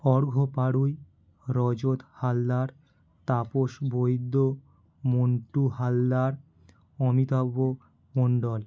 Arghya Parui Rajat Haldar Tapas Baidya Montu Haldar Amitabh Mondal